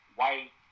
white